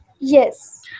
Yes